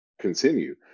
continue